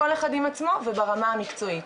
כל אחד עם עצמו וברמה המקצועית,